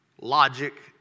logic